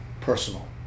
personal